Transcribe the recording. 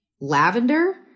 lavender